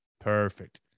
Perfect